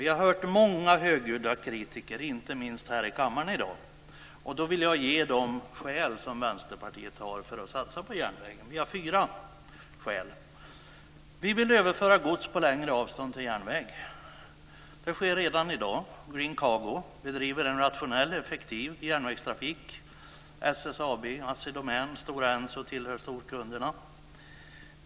Vi har hört många högljudda kritiker, inte minst här i kammaren i dag. Jag vill ge de skäl som vi i Vänsterpartiet har för att satsa på järnvägen. För detta har vi fyra skäl. För det första: Vi vill överföra gods som fraktas längre avstånd till järnväg. Det sker redan i dag. Green Cargo bedriver en rationell och effektiv järnvägstrafik. SSAB, Assi Domän och Stora Enso tillhör storkunderna.